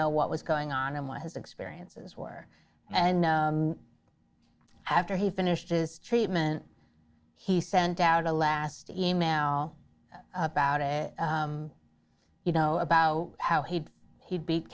know what was going on and what his experiences were and after he finished his treatment he sent out a last email about it you know about how he'd he'd beat